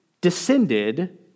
descended